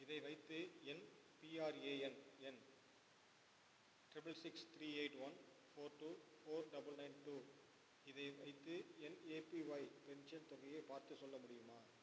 இதை வைத்து என் பிஆர்ஏஎன் எண் triple six three eight one four two four double nine two இதை வைத்து என் ஏபிஒய் பென்ஷன் தொகையை பார்த்து சொல்ல முடியுமா